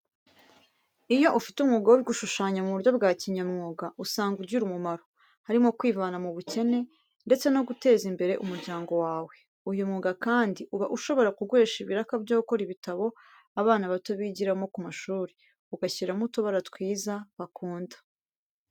Iyo ufite umwuga wo gushushanya mu buryo bwa kinyamwuga usanga ugira umumaro, harimo kwivana mu bukene ndetse no guteza imbere umuryango wawe. Uyu mwuga kandi uba ushobora kuguhesha ibiraka byo gukora ibitabo abana bato bigiramo ku mashuri, ugashyiramo utubara twiza bakunda.